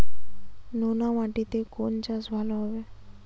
নোনা মাটিতে কোন চাষ ভালো হবে?